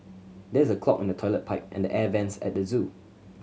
there is a clog in the toilet pipe and air vents at the zoo